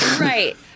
Right